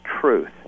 truth